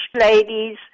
ladies